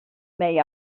may